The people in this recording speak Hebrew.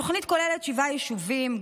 התוכנית כוללת שבעה יישובים,